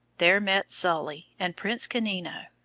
there met sully, and prince canino.